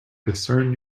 discern